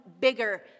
bigger